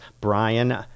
Brian